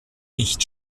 nicht